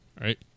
right